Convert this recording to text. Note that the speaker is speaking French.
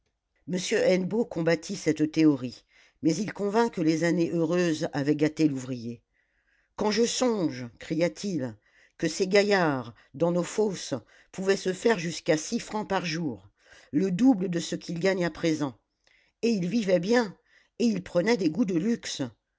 hennebeau combattit cette théorie mais il convint que les années heureuses avaient gâté l'ouvrier quand je songe cria-t-il que ces gaillards dans nos fosses pouvaient se faire jusqu'à six francs par jour le double de ce qu'ils gagnent à présent et ils vivaient bien et ils prenaient des goûts de luxe